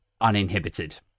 uninhibited